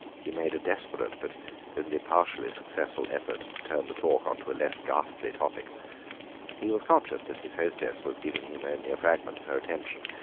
he made a desperate but only partially successful effort to turn the talk on to a less ghastly topic he was conscious that his hostess was giving him only a fragment of her attention,